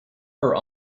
her